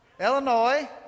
Illinois